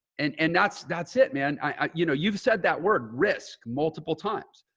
and and that's that's it, man. i, you know, you've said that word risk multiple times.